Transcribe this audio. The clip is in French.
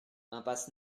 impasse